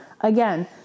again